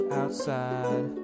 outside